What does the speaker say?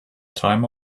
time